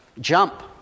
Jump